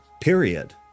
period